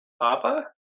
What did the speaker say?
Papa